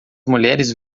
mulheres